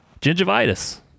gingivitis